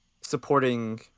supporting